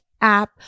app